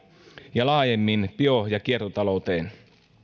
ja laajemmin bio ja kiertotalouteen